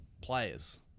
players